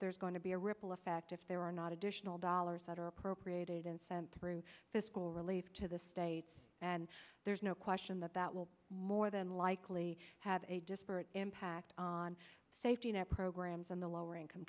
there's going to be a ripple effect if there are not additional dollars that are appropriated and sent through fiscal relief to the states and there's no question that that will more than likely have a disparate impact on safety net programs on the lower income